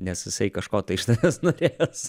nes jisai kažko tai iš tavęs norės